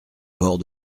bord